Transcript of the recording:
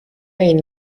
این